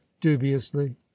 dubiously